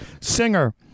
singer